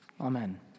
Amen